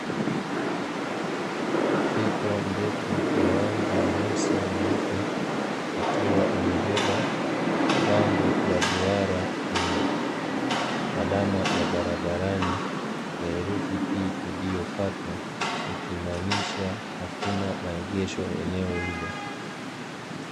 Fito ndefu ya rangi nyeusi na nyeupe, ikiwa imebeba bango la duara lenye alama ya barabarani, lenye herufi "P" iliokatwa ikimaanisha, hakuna maegesho eneo hilo.